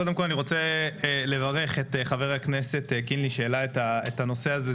קודם כל אני רוצה לברך את חבר הכנסת קינלי שהעלה את הנושא הזה,